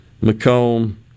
Macomb